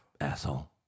asshole